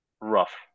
rough